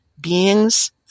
beings